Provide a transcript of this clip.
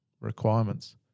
requirements